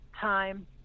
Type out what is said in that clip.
time